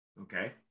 Okay